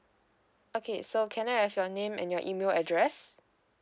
okay so can I have your name and your email address